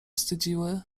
wstydziły